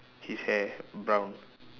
his hair brown